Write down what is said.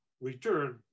return